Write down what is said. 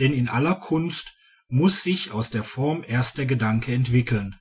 denn in aller kunst muß sich aus der form erst der gedanke entwickeln